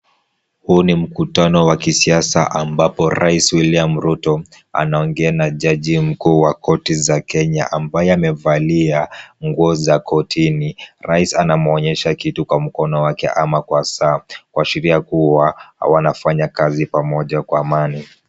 Huu ni mkutano wa kisiasa ambapo rais William Ruto anaongea na jaji mkuu wa korti za Kenya ambaye amevalia nguo za kortini, rais anamuonyesha kitu kwa mkono wake ama kwa saa kuashiria kuwa wanafanya kazi pamoja kwa amani.